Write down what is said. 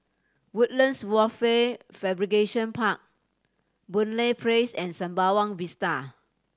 Woodlands Wafer Fabrication Park Boon Lay Place and Sembawang Vista